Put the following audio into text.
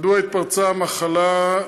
מדוע התפרצה המחלה?